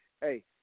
hey